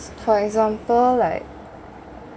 for example like